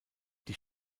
die